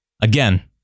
again